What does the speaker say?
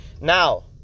Now